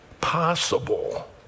possible